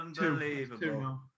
Unbelievable